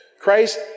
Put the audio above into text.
Christ